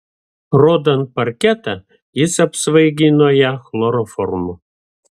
rodant parketą jis apsvaigino ją chloroformu